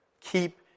Keep